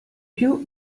più